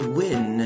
win